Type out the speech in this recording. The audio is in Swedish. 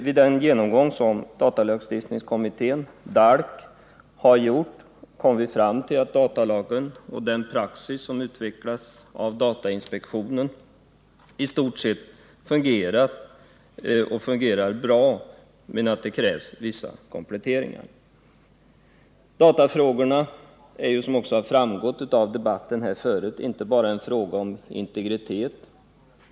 Vid den genomgång som datalagstiftningskommittén, DALK, har gjort har vi kommit fram till att datalagen och den praxis som utvecklats av datainspektionen i stort sett fungerar bra men att det krävs vissa kompletteringar. Datafrågorna gäller, som också har framgått av debatten här förut, inte bara integritet.